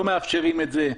לא מאפשרים את זה,